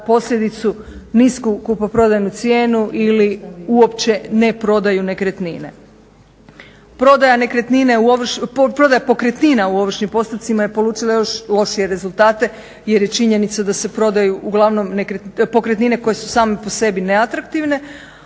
posljedicu nisku kupoprodajnu cijenu ili uopće ne prodaju nekretnine. Prodaja pokretnina u ovršnim postupcima je polučila još lošije rezultate jer je činjenica da se prodaju uglavnom pokretnine koje su same po sebe neatraktivne,